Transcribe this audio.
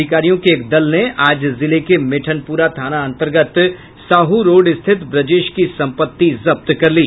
अधिकारियों के एक दल ने आज जिले के मिठनपुरा थाना अंतर्गत साहु रोड स्थित ब्रजेश की संपत्ति जब्त कर ली